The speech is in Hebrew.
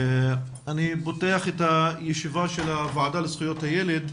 אני פותח את הישיבה של הוועדה לזכויות הילד,